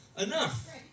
Enough